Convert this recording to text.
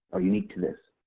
or unique to this.